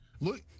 Look